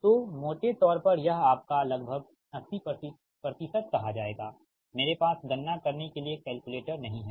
तो मोटे तौर पर यह आपका लगभग 80 कहा जाएगा मेरे पास गणना करने के लिए कैलकुलेटर नहीं है